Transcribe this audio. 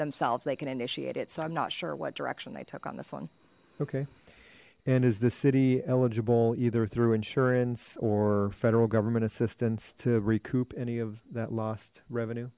themselves they can initiate it so i'm not sure what direction they took on this one okay and is the city eligible either through insurance or federal government assistance to recoup any of that lost revenue